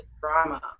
drama